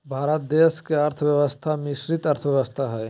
भारत देश के अर्थव्यवस्था मिश्रित अर्थव्यवस्था हइ